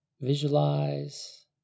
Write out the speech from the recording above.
Visualize